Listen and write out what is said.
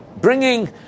Bringing